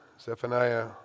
Zephaniah